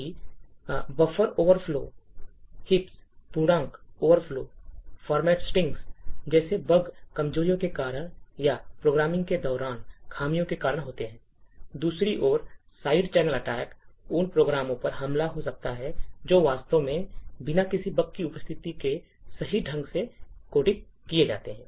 जबकि buffer overflow heaps पूर्णांक overflow और फॉर्मेट स्ट्रिंग्स जैसे बग कमजोरियों के कारण या प्रोग्रामिंग के दौरान खामियों के कारण होते हैं दूसरी ओर साइड चैनल अटैक उन प्रोग्रामों पर हमले हो सकते हैं जो वास्तव में बिना किसी बग की उपस्थिति के सही ढंग से कोडित किए जाते हैं